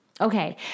Okay